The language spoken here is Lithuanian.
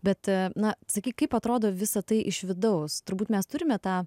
bet na sakyk kaip atrodo visa tai iš vidaus turbūt mes turime tą